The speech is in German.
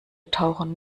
tauchen